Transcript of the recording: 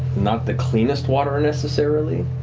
not the cleanest water necessarily,